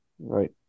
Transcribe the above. Right